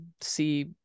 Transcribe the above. see